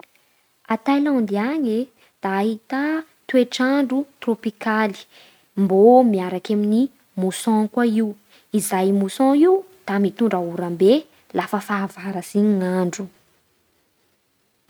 A Tailandy any e da ahità toetr'andro trôpikaly mbô miaraky e amin'ny mousson koa io. Izay mousson io da mitondra oram-be lafa fahavaratsy iny ny andro.